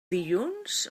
dilluns